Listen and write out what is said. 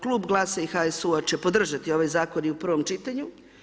Klub GLAS-a i HSU-a će podržati i ovaj zakon u prvom čitanju.